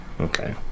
Okay